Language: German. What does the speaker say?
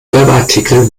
werbeartikel